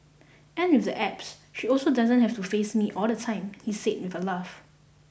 and with the apps she also doesn't have to face me all the time he said with a laugh